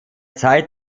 zeit